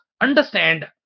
understand